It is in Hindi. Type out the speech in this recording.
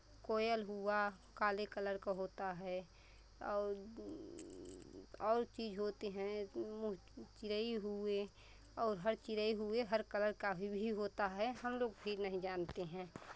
कोयल हुआ काले कलर का होता है और और चीज़ होते हैं मुँह चिड़ै हुए और हर चिड़ै हुए हर कलर का भी होता है हम लोग भी नहीं जानते हैं